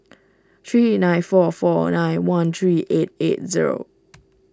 three nine four four nine one three eight eight zero